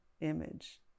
image